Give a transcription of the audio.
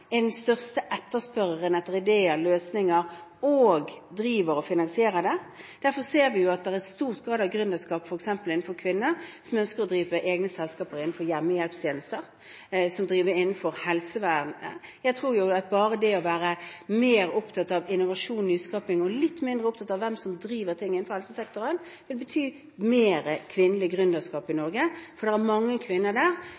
og finansierer det. Derfor ser vi at det er stor grad av gründerskap f.eks. blant kvinner som ønsker å drive egne selskaper innenfor hjemmehjelpstjenester, og som driver innenfor helsevernet. Jeg tror jo at bare det å være mer opptatt av innovasjon og nyskaping og litt mindre opptatt av hvem som driver ting innenfor helsesektoren, vil bety mer kvinnelig gründerskap i Norge, for det er mange kvinner der